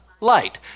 light